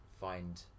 find